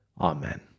Amen